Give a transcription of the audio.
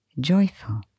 joyful